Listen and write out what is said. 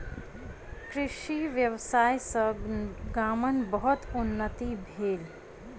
कृषि व्यवसाय सॅ गामक बहुत उन्नति भेल